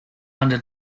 under